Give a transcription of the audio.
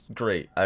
great